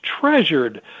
treasured